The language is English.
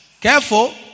Careful